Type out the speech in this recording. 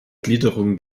gliederung